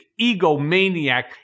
egomaniac